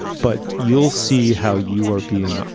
but you'll see how you are being.